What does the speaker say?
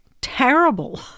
terrible